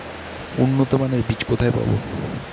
উন্নতমানের বীজ কোথায় পাব?